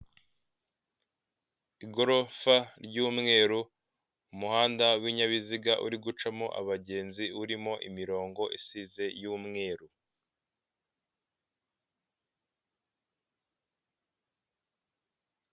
Igorofa ry'umweru, umuhanda w'inyabiziga uri gucamo abagenzi, urimo imirongo isize y'umweru.